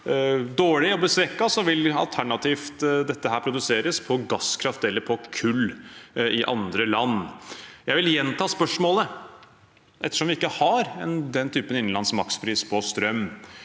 dårlig og blir svekket, vil dette alternativt produseres på gasskraft eller på kull i andre land. Jeg vil gjenta spørsmålet: Ettersom vi ikke har den typen innenlands makspris på strøm,